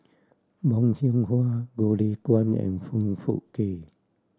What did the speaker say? Bong Hiong Hwa Goh Lay Kuan and Foong Fook Kay